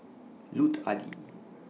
Lut Ali